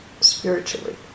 spiritually